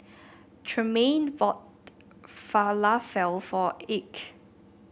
Tremaine bought Falafel for Ike